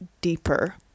deeper